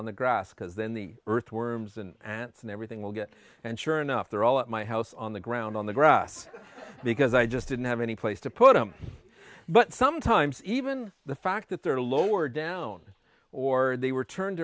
on the grass because then the earthworms and ants and everything will get and sure enough they're all at my house on the ground on the grass because i just didn't have any place to put them but sometimes even the fact that they're lower down or they were turned